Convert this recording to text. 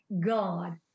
God